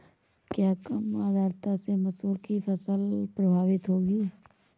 क्या कम आर्द्रता से मसूर की फसल प्रभावित होगी?